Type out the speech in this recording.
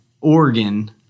organ